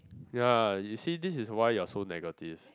ya you see this is why you are so negative